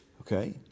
okay